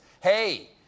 Hey